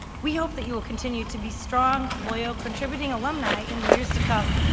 we hope that you will continue to be strong, loyal, contributing alumni in the years to come,